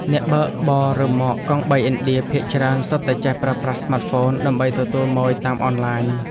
អ្នកបើកបររ៉ឺម៉កកង់បីឥណ្ឌាភាគច្រើន សុទ្ធតែចេះប្រើប្រាស់ស្មាតហ្វូនដើម្បីទទួលម៉ូយតាមអនឡាញ។